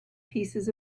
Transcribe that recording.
pieces